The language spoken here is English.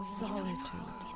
solitude